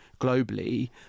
globally